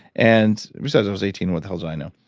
and besides, i was eighteen what the hell did i know?